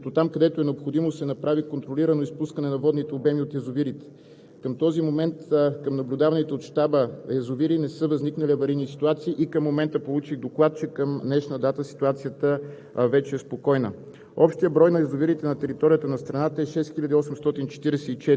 бяха непрекъснато на място. Предприети бяха всички превантивни мерки, като там, където е необходимо, се направи контролирано изпускане на водните обеми от язовирите. Към този момент в наблюдаваните от Щаба язовири не са възникнали аварийни ситуации и получих доклад, че към днешна дата ситуацията вече е спокойна.